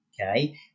okay